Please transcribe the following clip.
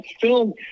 film